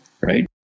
right